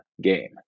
game